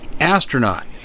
astronaut